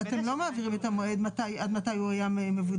אבל אתם לא מעבירים את המועד עד מתי הוא היה מבודד.